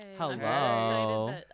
hello